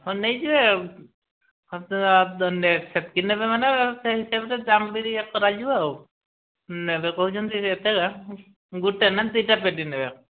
ହଁ ନେଇଯିବେ ଆଉ ହଁ ତ ନେ ସେତିକି ନେବେ ମାନେ ସେଇ ହିସାବରେ ଦାମ୍ ବିରି କରାଯିବ ଆଉ ନେବେ କହୁଛନ୍ତି ଏତେଗା ଗୋଟିଏ ନାଁ ଦୁଇଟା ପେଟି ନେବେ